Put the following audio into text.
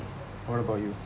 what about you